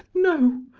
no,